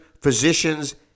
physicians